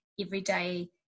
everyday